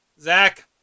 zach